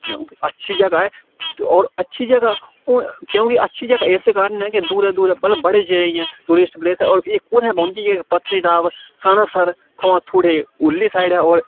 अच्छी जगह् ऐ होर अच्छी जगह् हून क्योंकि अच्छी जगह् इस कारण ऐ कि दूरा दूरा मतलब बड़े चिरा दी टूरिस्ट प्लेस ऐ होर एह् कु'त्थें पौंदी ऐ पत्नीटॉप सनासर थमां थोह्ड़े उरली साइड ऐ होर